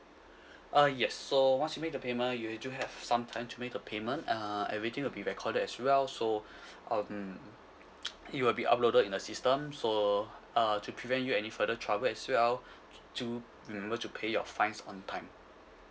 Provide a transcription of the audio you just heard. uh yes so once you make the payment you do have some time to make the payment uh everything will be recorded as well so um it will be uploaded in the system so uh to prevent you any further trouble as well to remember to pay your fines on time